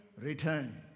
return